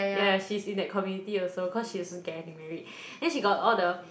yeah she's in that community also cause she's getting married then she got all the